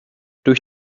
durch